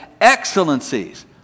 excellencies